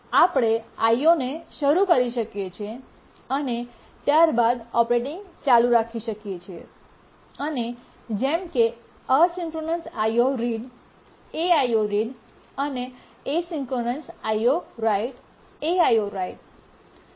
આપણે IOને શરૂ કરી શકીએ છીએ અને ત્યારબાદ ઓપરેટિંગ ચાલુ રાખી શકીએ અને જેમ કે અસિંક્રનસ IO રીડ aioread અને અસિંક્રનસ IO રાઇટ aio−write